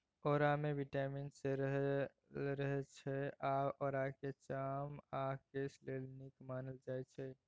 औरामे vitamin C रहय छै आ औराकेँ चाम आ केस लेल नीक मानल जाइ छै